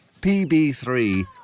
PB3